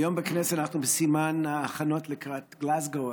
היום בכנסת אנחנו בסימן ההכנות לקראת גלזגו,